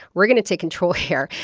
we're going to take control here.